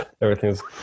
everything's